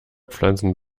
pflanzen